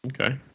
Okay